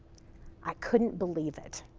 i couldn't believe it.